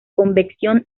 convección